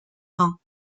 rangs